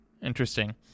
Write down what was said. Interesting